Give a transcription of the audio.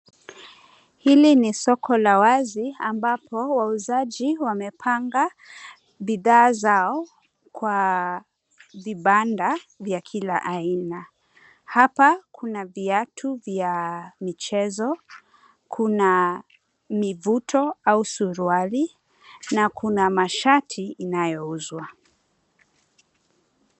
Hili ni soko la wazi ambapo wauzaji wamepanga bidhaa zao kwa vibanda vya kila aina. Hapa kuna viatu vya michezo, kuna mivuto au suruali na kuna mashati inayouzwa.